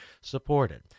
supported